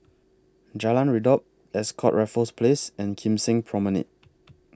Jalan Redop Ascott Raffles Place and Kim Seng Promenade